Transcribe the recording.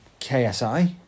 KSI